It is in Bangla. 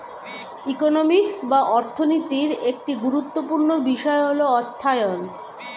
ইকোনমিক্স বা অর্থনীতির একটি গুরুত্বপূর্ণ বিষয় হল অর্থায়ন